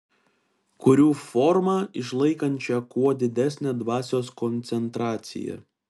kuriu formą išlaikančią kuo didesnę dvasios koncentraciją